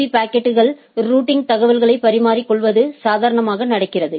பீ பாக்கெட்கள் ரூட்டிங் தகவல்களை பரிமாறிக்கொள்ளவது சாதாரணமாக நடக்கிறது